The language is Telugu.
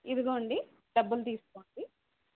ఇదిగో అండి డబ్బులు తీసుకోండి